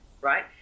right